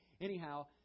anyhow